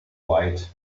white